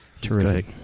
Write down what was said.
Terrific